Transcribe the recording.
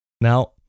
Now